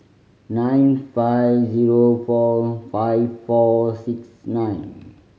nine five zero four five four six nine